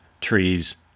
trees